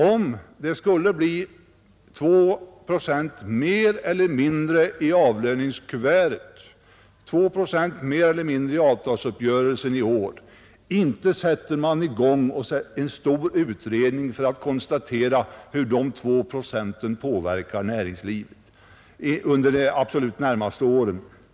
Om det skulle bli 2 procent mer eller mindre i avlöningskuvertet efter avtalsuppgörelsen i år, inte sätter man i gång en stor utredning för att konstatera hur de 2 procenten påverkar näringslivet under de närmaste åren!